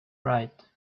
right